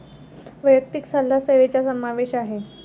वैयक्तिक सल्ला सेवेचा समावेश आहे